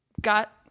Got